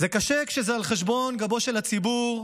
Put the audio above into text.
זה קשה כשזה על חשבון גבו של הציבור,